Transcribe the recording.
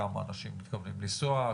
כמה אנשים מתכוונים לנסוע,